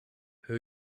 who